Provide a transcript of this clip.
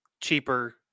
cheaper